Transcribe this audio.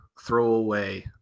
throwaway